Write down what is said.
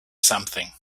something